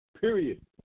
period